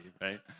right